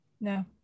No